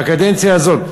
בקדנציה הזאת,